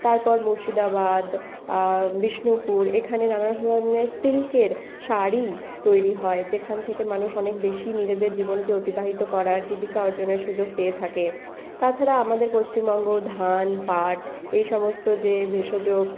তারপর মুর্শিদাবাদ বিষ্ণুপুর এখানে নানান ধরনের সিল্কের শাড়ি তৈরি হয় যেখান থেকে মানুষ অনেক বেশি নিজেদের জীবনকে অতিবাহিত করার জীবিকা অর্জনের সুযোগ পেয়ে থাকে তাছাড়া আমাদের পশ্চিমবঙ্গ ধান পাট এই সমস্ত যে ভেষজ